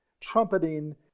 trumpeting